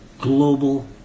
global